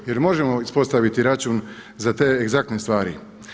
Pa jer možemo ispostaviti račun za te egzaktne stvari?